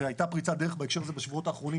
והייתה פריצת דרך בהקשר הזה בשבועות האחרונים,